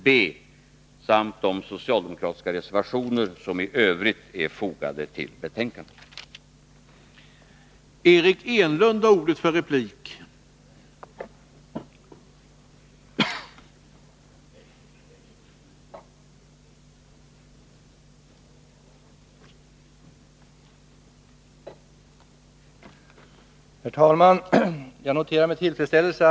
Beträffande avsnittet B yrkar jag bifall till utskottets förslag med det undantag som föranleds av bifall till reservationen 11.